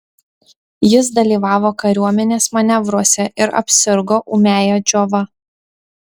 jis dalyvavo kariuomenės manevruose ir apsirgo ūmiąja džiova